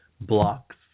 blocks